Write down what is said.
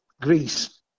Greece